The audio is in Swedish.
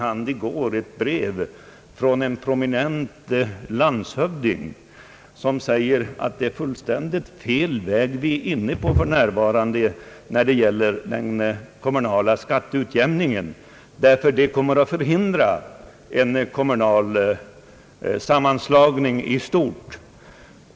I går fick jag i min hand ett brev från en prominent landshövding som säger att vi för närvarande är inne på fullständigt fel väg när det gäller frågan om den kommunala skatteutjämningen, därför att det är risk för att denna kommer att förhindra en kommunal sammanslagning i stort.